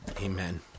amen